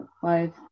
five